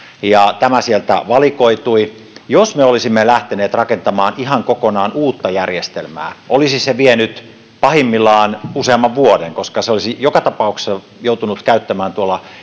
tämä sieltä valikoitui jos me olisimme lähteneet rakentamaan ihan kokonaan uutta järjestelmää olisi se vienyt pahimmillaan useamman vuoden koska sen olisi joka tapauksessa joutunut käyttämään